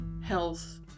health